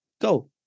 Go